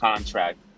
Contract